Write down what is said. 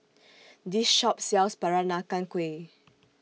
This Shop sells Peranakan Kueh